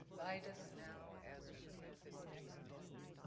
guide us now as we take this next vote.